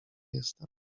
jestem